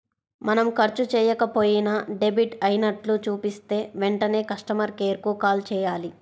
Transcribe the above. మనం ఖర్చు చెయ్యకపోయినా డెబిట్ అయినట్లు చూపిస్తే వెంటనే కస్టమర్ కేర్ కు కాల్ చేయాలి